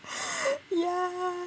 ya